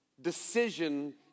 Decision